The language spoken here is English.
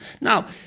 Now